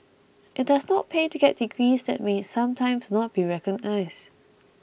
it does not pay to get degrees that may sometimes not be recognised